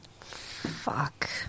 Fuck